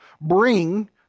bring